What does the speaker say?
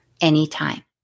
anytime